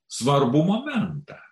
svarbų momentą